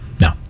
No